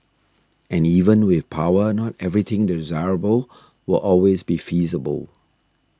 and even with power not everything desirable will always be feasible